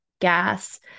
gas